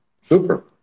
Super